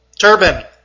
Turban